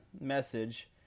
message